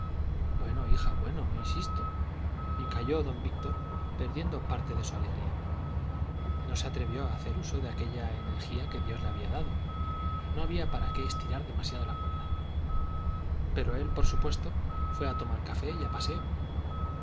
bueno hija bueno no insisto y calló don víctor perdiendo parte de su alegría no se atrevió a hacer uso de aquella energía que dios le había dado no había para qué estirar demasiado la cuerda pero él por supuesto fue a tomar café y a paseo